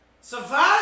Survive